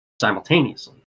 simultaneously